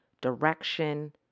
direction